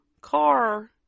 car